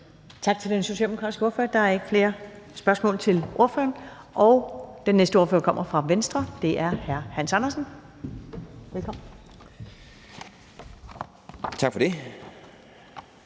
Tak til den socialdemokratiske ordfører. Der er ikke flere spørgsmål til ordføreren. Den næste ordfører kommer fra Venstre, og det er hr. Hans Andersen. Velkommen. Kl.